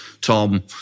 Tom